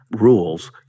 rules